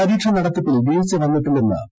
പരീക്ഷ നടത്തിപ്പിൽ വീഴ്ച വ്യന്നിട്ടില്ലെന്ന് പി